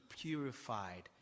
purified